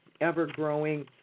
ever-growing